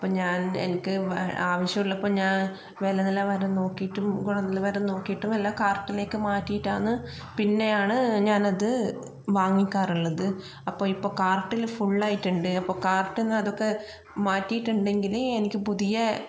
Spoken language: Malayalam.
അപ്പോൾ ഞാൻ എനിക്ക് ആവിശ്യമുള്ളപ്പോൾ ഞാൻ വിലനിലവാരം നോക്കിയിട്ടും ഗുണനിലവാരം നോക്കിട്ടും മല്ല കാർട്ടിലേക് മാറ്റിട്ടാണ് പിന്നെയാണ് ഞാൻ അത് വാങ്ങിക്കാറുള്ളത് അപ്പോൾ ഇപ്പോൾ കാർട്ടിലു ഫുൾ ആയിട്ടുണ്ട് അപ്പോൾ കാർട്ടിൽ നിന്ന് അതൊക്കെ മാറ്റിട്ടൊണ്ടങ്കില് എനിക്ക് പുതിയ